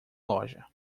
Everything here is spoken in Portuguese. loja